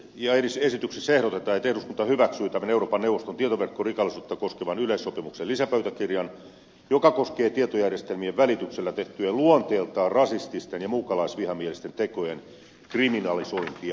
esityksessä ehdotetaan että eduskunta hyväksyy tämän euroopan neuvoston tietoverkkorikollisuutta koskevan yleissopimuksen lisäpöytäkirjan joka koskee tietojärjestelmien välityksellä tehtyjen luonteeltaan rasististen ja muukalaisvihamielisten tekojen kriminalisointia